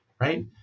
Right